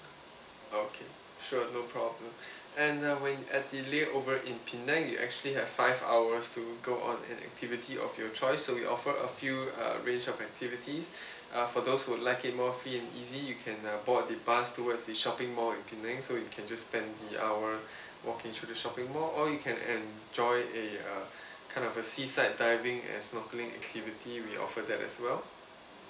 okay sure no problem and uh when it at the lay over in penang you actually have five hours to go on an activity of your choice so we offer a few uh range of activities uh for those who like it more free and easy you can uh board the bus towards the shopping mall in penang so you can just spend the hour walking through the shopping mall or you can enjoy a a kind of uh seaside diving and snorkeling activity we offer that as well